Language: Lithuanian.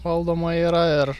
valdoma yra ir